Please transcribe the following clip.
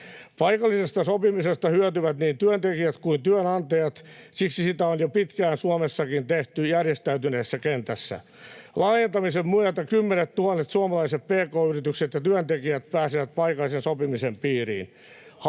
Paikallisesta sopimisesta hyötyvät niin työntekijät kuin työnantajat, siksi sitä on jo pitkään Suomessakin tehty järjestäytyneessä kentässä. Laajentamisen myötä kymmenettuhannet suomalaiset pk-yritykset ja työntekijät pääsevät paikallisen sopimisen piiriin.